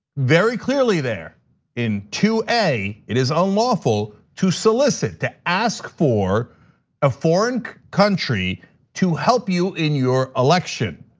very clearly there in two a it is unlawful to solicit, to ask for a foreign country to help you in your election.